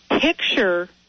Picture